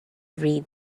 read